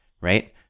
right